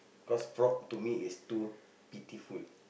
cause frog to me is too pitiful